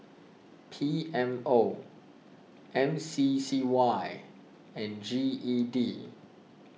P M O M C C Y and G E D